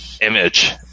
image